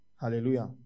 Hallelujah